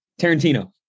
Tarantino